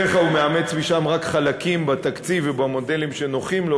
בדרך כלל הוא מאמץ משם רק חלקים בתקציב ובמודלים שנוחים לו,